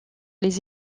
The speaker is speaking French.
les